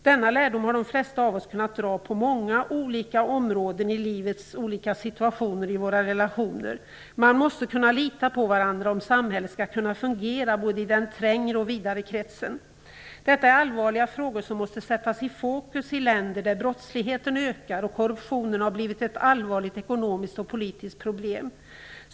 Denna lärdom har de flesta av oss kunnat dra i våra relationer på många olika områden och i livets olika situationer - man måste kunna lita på varandra om samhället skall kunna fungera både i den trängre och den vidare kretsen. Detta är allvarliga frågor som måste sättas i fokus i länder där brottsligheten ökar och korruptionen har blivit ett allvarligt ekonomiskt och politiskt problem.